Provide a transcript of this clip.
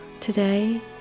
Today